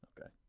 Okay